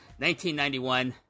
1991